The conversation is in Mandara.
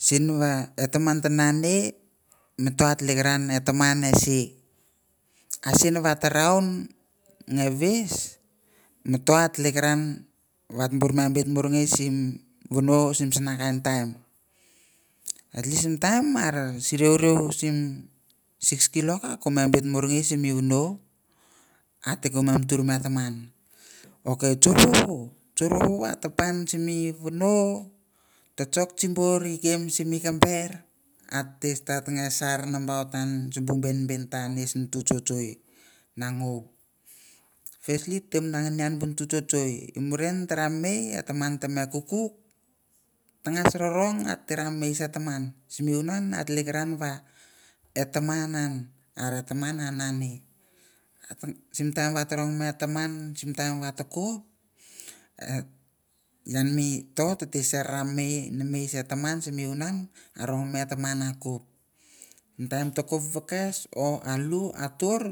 sin va e taman ta nane, mi to ah teleikiran va e taman esi. Asin vata raon nge veise, mi to a teleikiran va to bur me biet muir i ngei simi vono, simi sana kain taim. At least, ar si riuriu sim six kilok, ako me beit muringei simo vono. Ate ko me mutur mi eh taman. Okay tsour vovo! Tsour vovo vata pan simi vono, ta tsouk tsibour ikeim simi keber atete stat nge sar nabaot sibu bienbien ta, neis nutu tsutsui na ngou. Firstly, tee muna ngini ian bu nutu tsutsui. I murien tara nemei, eh taman teme kukuk, tangas rorong atete ra nemei se taman. Simi unan ah teleikiran va eh taman an. Ar eh taman ah nane. Sim taim na rong mi eh taman. Sim taim vata koup, eh, ian mi to, tete ser ra nemei se taman, simi una ah rong mi eh taman ah koup. Sim taim ta koup vekes, or alu, atur,